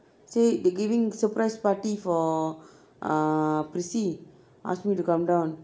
say they giving surprise party for ah prissy asked me to come down